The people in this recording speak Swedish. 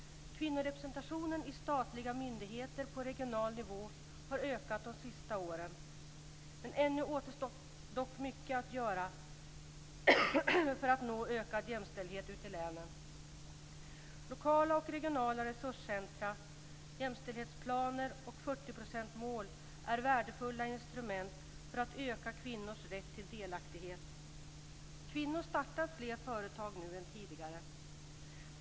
Kvinnorepresentationen i statliga myndigheter på regional nivå har ökat de senaste åren. Men ännu återstår dock mycket att göra för att nå ökad jämställdhet ute i länen. Lokala och regionala resurscentrum, jämställdhetsplaner och 40 procentsmål är värdefulla instrument för att öka kvinnors rätt till delaktighet. Kvinnor startar fler företag nu än tidigare.